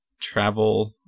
Travel